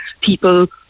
people